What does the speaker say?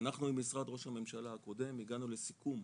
אנחנו עם משרד ראש הממשלה הקודם, הגענו לסיכום,